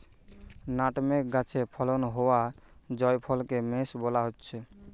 nutmeg গাছে ফলন হোয়া জায়ফলকে মেস বোলা হচ্ছে